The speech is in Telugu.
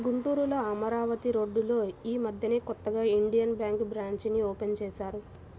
గుంటూరులో అమరావతి రోడ్డులో యీ మద్దెనే కొత్తగా ఇండియన్ బ్యేంకు బ్రాంచీని ఓపెన్ చేశారు